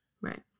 Right